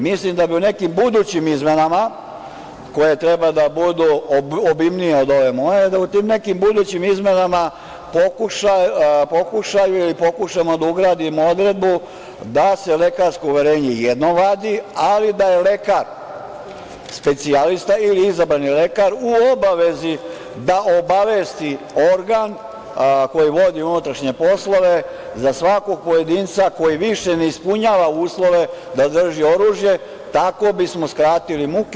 Mislim da bi u nekim budućim izmenama, koje treba da budu obimnije od ove moje, pokušaju ili pokušamo da ugradimo odredbu da se lekarsko uverenje jednom vadi, ali da je lekar, specijalista ili izabrani lekar, u obavezi da obavesti organ koji vodi unutrašnje poslove za svakog pojedinca koji više ne ispunjava uslove da drži oružje, tako bismo skratili muke.